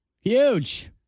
Huge